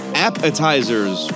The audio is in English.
Appetizers